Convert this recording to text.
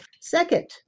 Second